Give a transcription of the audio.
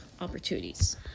opportunities